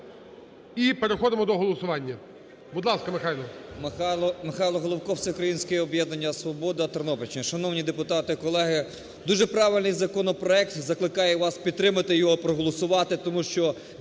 І переходимо до голосування. Будь ласка, Михайло.